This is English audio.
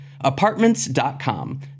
Apartments.com